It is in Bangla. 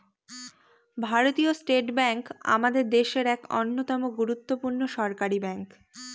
ভারতীয় স্টেট ব্যাঙ্ক আমাদের দেশের এক অন্যতম গুরুত্বপূর্ণ সরকারি ব্যাঙ্ক